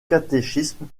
catéchisme